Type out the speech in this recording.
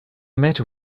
matter